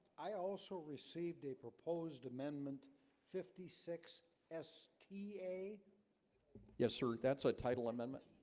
i also received a proposed amendment fifty six sta yes, sir. that's a title amendment.